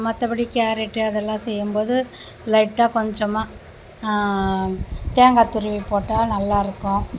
மற்றப்படி கேரட்டு அதெலாம் செய்யும்போது லைட்டாக கொஞ்சமாக தேங்காய் துருவி போட்டால் நல்லாயிருக்கும்